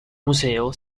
museo